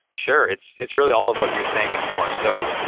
sure, it's it's really all of what you're saying and more. so